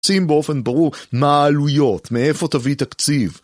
שים באופן ברור מה עלויות, מאיפה תביא תקציב